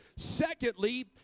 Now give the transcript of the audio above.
Secondly